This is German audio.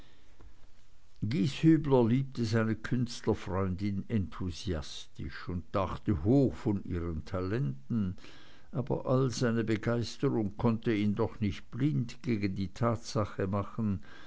gieshübler liebte seine künstlerfreundin enthusiastisch und dachte hoch von ihren talenten aber all seine begeisterung konnte ihn doch nicht blind gegen die tatsache machen